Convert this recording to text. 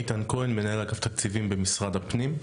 איתן כהן, מנהל אגף תקציבים במשרד הפנים.